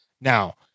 Now